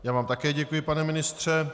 Já vám také děkuji, pane ministře.